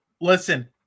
listen